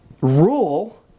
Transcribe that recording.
rule